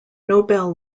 nobel